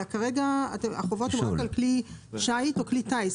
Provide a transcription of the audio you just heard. כרגע החובה מדברת רק על כלי שיט או כלי טיס,